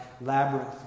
labyrinth